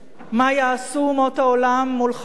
מה יעשו אומות העולם מול "חמאס",